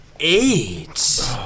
Eight